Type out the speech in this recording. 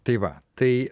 tai va tai